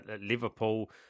Liverpool